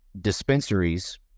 dispensaries